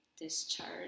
discharge